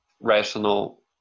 rational